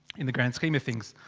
in the grand scheme of things.